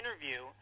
interview